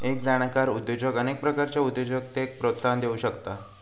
एक जाणकार उद्योजक अनेक प्रकारच्या उद्योजकतेक प्रोत्साहन देउ शकता